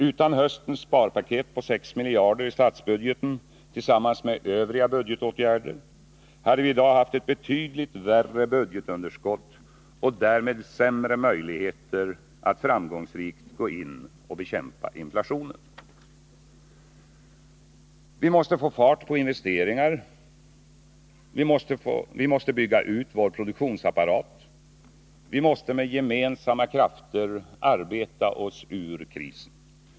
Utan höstens sparpaket på 6 miljarder i statsbudgeten tillsammans med övriga budgetåtgärder hade vi i dag haft ett betydligt större budgetunderskott och därmed sämre möjligheter att framgångsrikt gå in och bekämpa inflationen. Vi måste få fart på investeringarna och bygga ut vår produktionsapparat. Vi måste med gemensamma krafter arbeta oss ur krisen.